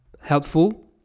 helpful